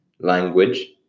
language